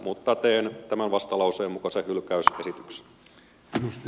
mutta teen tämän vastalauseen mukaisen hylkäysesityksen